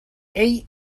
ell